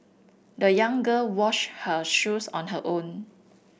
the young girl washed her shoes on her own